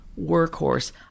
workhorse